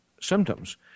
symptoms